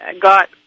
got